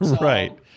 right